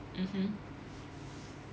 mmhmm